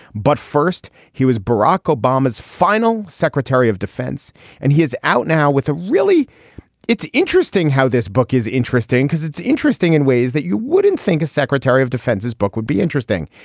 but first he was barack obama's final secretary of defense and he is out now with a really it's interesting how this book is interesting because it's interesting in ways that you wouldn't think a secretary of defense's book would be interesting.